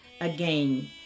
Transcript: again